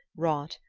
wrought,